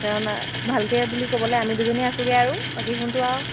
কাৰণ ভালকৈ বুলি ক'বলৈ আমি দুজনী আছোগৈ আৰু বাকী কোনটো আৰু